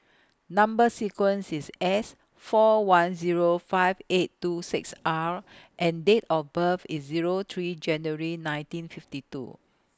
Number sequence IS S four one Zero five eight two six R and Date of birth IS Zero three January nineteen fifty two